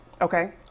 Okay